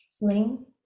Ling